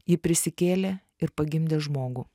ji prisikėlė ir pagimdė žmogų